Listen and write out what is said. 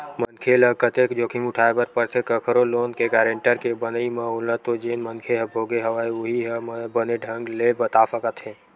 मनखे ल कतेक जोखिम उठाय बर परथे कखरो लोन के गारेंटर के बनई म ओला तो जेन मनखे ह भोगे हवय उहीं ह बने ढंग ले बता सकत हे